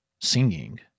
singing